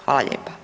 Hvala lijepa.